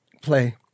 play